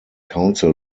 council